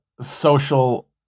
social